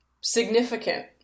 significant